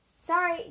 Sorry